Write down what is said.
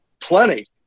plenty